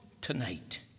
tonight